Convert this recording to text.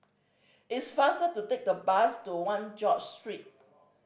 it's faster to take the bus to One George Street